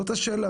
זאת השאלה,